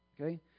Okay